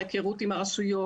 היכרות עם הרשויות,